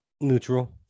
Neutral